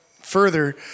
further